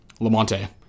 Lamonte